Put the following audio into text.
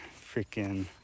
freaking